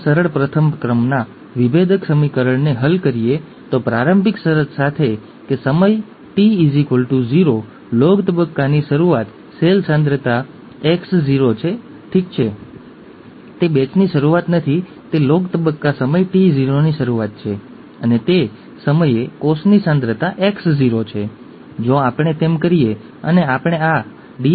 દરેક લક્ષણ સમાનધર્મી રંગસૂત્રો પરના બે એલેલ્સ દ્વારા નક્કી કરવામાં આવે છે અને આ તે છે જે જનીનોની સમકક્ષ છે જેના વિશે આપણે જાણીએ છીએ ખરું ને